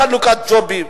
בחלוקת ג'ובים.